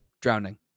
Drowning